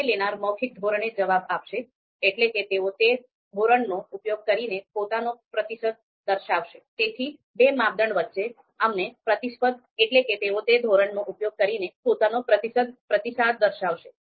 નિર્ણય લેનારા મૌખિક ધોરણે જવાબ આપશે એટલે કે તેઓ તે ધોરણનો ઉપયોગ કરીને પોતાનો પ્રતિસાદ દર્શાવશે